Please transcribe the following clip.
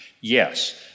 Yes